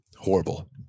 Horrible